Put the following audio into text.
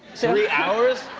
three hours?